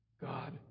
God